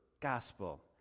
gospel